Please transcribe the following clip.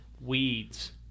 weeds